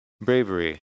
bravery